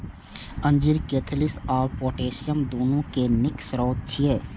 अंजीर कैल्शियम आ पोटेशियम, दुनू के नीक स्रोत छियै